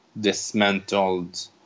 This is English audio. dismantled